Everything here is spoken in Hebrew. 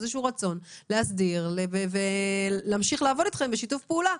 איזשהו רצון להסדיר ולהמשיך לעבוד אתכם בשיתוף פעולה.